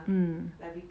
hmm